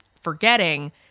forgetting